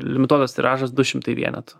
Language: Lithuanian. limituotas tiražas du šimtai vienetų